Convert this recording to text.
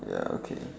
ya okay